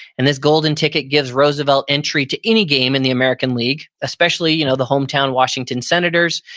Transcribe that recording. and this golden ticket gives roosevelt entry to any game in the american league, especially you know the hometown, washington senators.